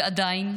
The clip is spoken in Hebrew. ועדיין,